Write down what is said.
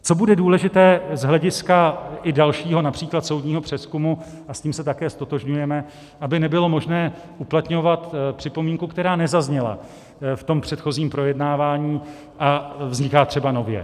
Co bude důležité z hlediska i dalšího například soudního přezkumu, a s tím se také ztotožňujeme, aby nebylo možné uplatňovat připomínku, která nezazněla v tom předchozím projednávání a vzniká třeba nově.